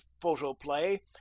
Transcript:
photoplay